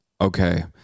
Okay